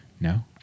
No